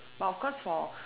but of course for